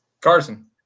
Carson